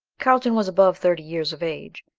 carlton was above thirty years of age,